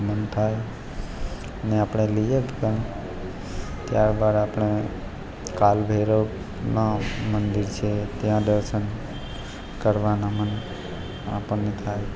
મન થાય અને આપણે લઈએ ત્યારબાદ આપણે કાલભૈરવના મંદિર છે ત્યાં દર્શન કરવાના મન આપણને થાય